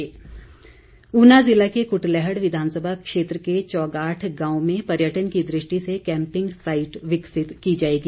वीरेन्द्र कंवर ऊना जिला के कुटलैहड़ विधानसभा क्षेत्र के चोगाठ गांव में पर्यटन की दृष्टि से कैम्पिंग साइट विकसित की जाएगी